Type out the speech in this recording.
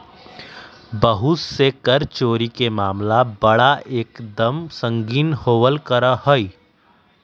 बहुत से कर चोरी के मामला बड़ा एक दम संगीन होवल करा हई